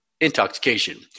intoxication